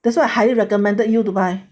that's why I highly recommended you to buy